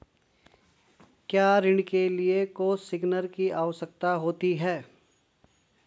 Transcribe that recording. क्या ऋण के लिए कोसिग्नर की आवश्यकता होती है?